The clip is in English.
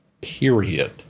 period